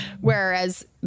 whereas